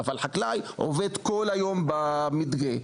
אבל חקלאי עובד כל היום במדגה.